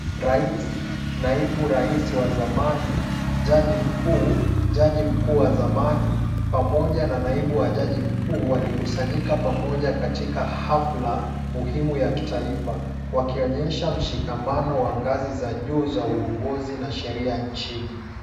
Rais, naibu rais wa zamani, jaji mkuu, jaji mkuu wa zamani, pamoja na naibu wa jaji mkuu walikusanyika pamoja katika hafla muhimu ya kitaifa, wakionyesha mshikamano wa ngazi za juu za uongozi na sheria nchini.